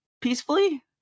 peacefully